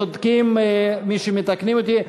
צודקים מי שמתקנים אותי.